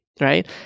right